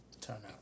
turnout